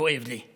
"כואב לי".